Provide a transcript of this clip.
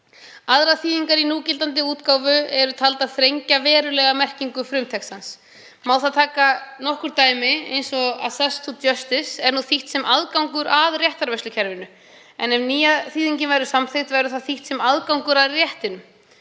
Aðrar þýðingar í núgildandi útgáfu eru taldar þrengja verulega merkingu frumtextans. Má þar taka nokkur dæmi eins og „access to justice“ er nú þýtt sem aðgangur að réttarvörslukerfinu, en ef nýja þýðingin verður samþykkt verður það þýtt sem aðgangur að réttinum.